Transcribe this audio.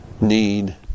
need